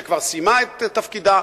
שכבר סיימה את תפקידה,